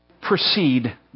proceed